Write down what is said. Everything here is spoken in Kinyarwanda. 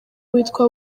witwa